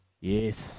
Yes